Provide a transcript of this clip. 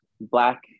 Black